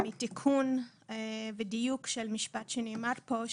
מתיקון ודיוק של משפט שנאמר פה,